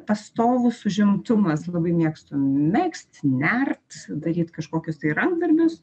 pastovus užimtumas labai mėgstu megzt nert daryt kažkokius tai rankdarbius